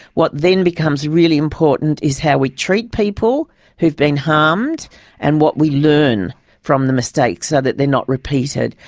what then becomes really important is how we treat people who've been harmed and what we learn from the mistakes so that they're not repeated.